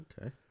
Okay